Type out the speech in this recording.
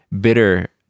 bitter